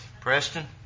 Preston